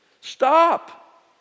Stop